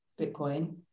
Bitcoin